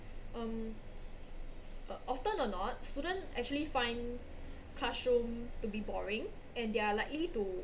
um uh often or not student actually find classroom to be boring and they are likely to